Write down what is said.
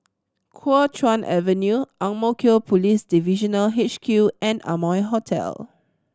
Kuo Chuan Avenue Ang Mo Kio Police Divisional H Q and Amoy Hotel